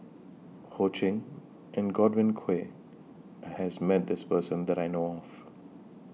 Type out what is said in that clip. Ho Ching and Godwin Koay has Met This Person that I know of